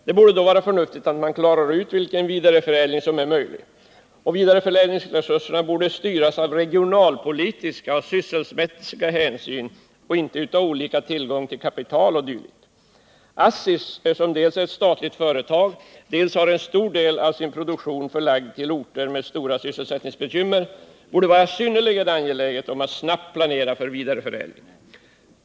Det borde då vara förnuftigt att klara ut vilken vidareförädling som är möjlig, och vidareförädlingsresurserna borde styras av regionalpolitiska och sysselsättningsmässiga hänsyn och inte av olika tillgång till kapital osv. ASSI, som dels är ett statligt företag, dels har en stor del av sin produktion förlagd till orter med stora sysselsättningsbekymmer, borde vara synnerligen angeläget om att snabbt planera för vidareförädling.